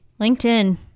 LinkedIn